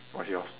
what's yours